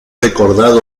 recordado